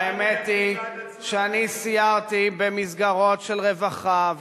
והאמת היא שאני סיירתי במסגרות של רווחה,